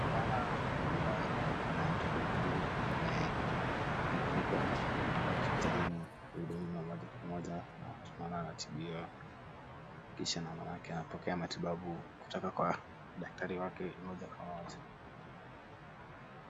Tunaona ya kwamba kunaye mtoto mgonjwa ambaye amepelekwa na mama yake hospitalini huduma moja kwa moja na tunaona anatibiwa kisha na maanake anapokea matibabu kutoka kwa daktari wake moja kwa moja.